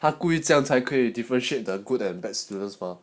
他故意这样才可以 differentiate the good and bad students mah